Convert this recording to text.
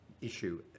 issue